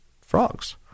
frogs